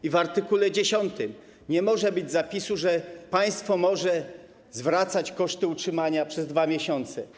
I w art. 10 nie może być zapisu, że państwo może zwracać koszty utrzymania przez 2 miesiące.